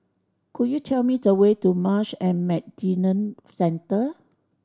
could you tell me the way to Marsh and McLennan Centre